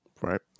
right